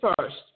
first